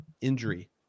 injury